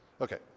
Okay